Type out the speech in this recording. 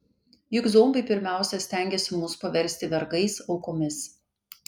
juk zombiai pirmiausia stengiasi mus paversti vergais aukomis